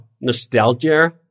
nostalgia